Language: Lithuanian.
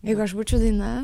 jeigu aš būčiau daina